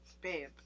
Babe